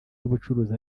y’ubucuruzi